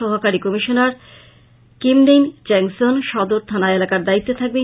সহকারী কমিশনার কিমনেইন চ্যাংসন সদর থানা এলাকার দায়িত্বে থাকবেন